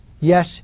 Yes